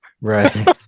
right